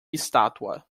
estátua